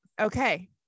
Okay